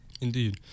Indeed